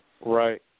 Right